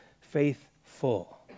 faithful